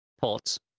Ports